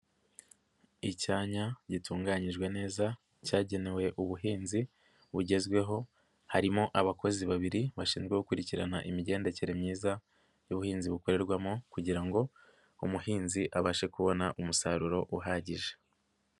Icyanya gitunganyijwe neza cyagenewe ubuhinzi bugezweho, harimo abakozi babiri bashinzwe gukurikirana imigendekere myiza y'ubuhinzi bukorerwamo kugira ngo umuhinzi abashe kubona umusaruro uhagije.